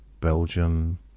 Belgium